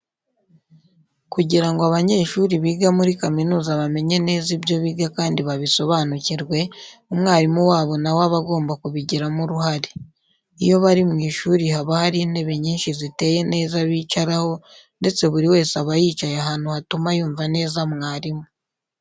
Kugira ngo abanyeshuri biga muri kaminuza bamenye neza ibyo biga kandi babisobanukirwe, umwarimu wabo na we aba agomba kubigiramo uruhare. Iyo bari mu ishuri haba hari intebe nyinshi ziteye neza bicaraho ndetse buri wese aba yicaye ahantu hatuma yumva neza mwarimu.